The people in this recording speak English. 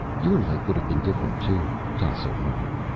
your life would have been different, too, tasso murmured.